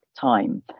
time